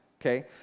Okay